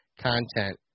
content